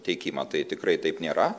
teikimą tai tikrai taip nėra